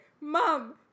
Mom